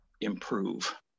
improve